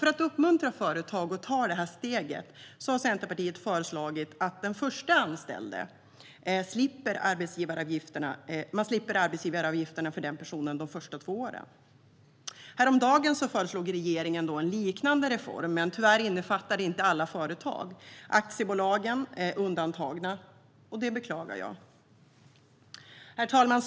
För att uppmuntra företag att ta steget att göra just detta har Centerpartiet föreslagit att man för den första anställda slipper arbetsgivaravgifterna de två första åren. Häromdagen föreslog regeringen en liknande reform, men tyvärr innefattar det inte alla företag. Aktiebolagen är undantagna och det beklagar jag. Herr talman!